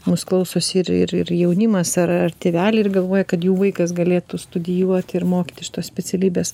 mūs klausosi ir ir ir jaunimas ar tėveliai ir galvoja kad jų vaikas galėtų studijuoti ir mokytis tos specialybės